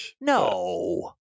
No